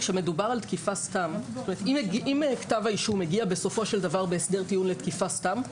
אם כתב האישום מגיע בסופו של דבר בהסדר טיעון לתקיפה סתם,